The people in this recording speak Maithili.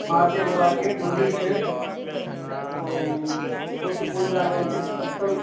महादेव बाबाकेँ मन्दिर छै ओहो सुखपुर जिलामे ओ तीर्थ स्थल